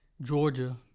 Georgia